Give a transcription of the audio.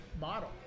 model